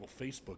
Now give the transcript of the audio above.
Facebook